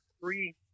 Three